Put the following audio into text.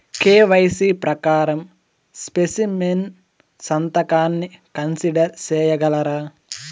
KYC ప్రకారం specimen సంతకాన్ని consider సేయగలరా?